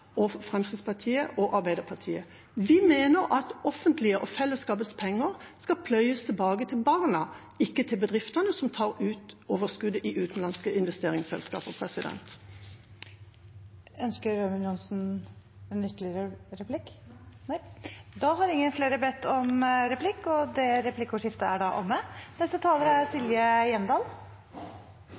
og Fremskrittspartiet og Arbeiderpartiet. Vi mener at det offentliges og fellesskapets penger skal pløyes tilbake til barna, ikke til bedriftene som tar ut overskuddet i utenlandske investeringsselskaper. Replikkordskiftet er omme.